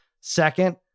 second